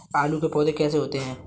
आलू के पौधे कैसे होते हैं?